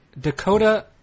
Dakota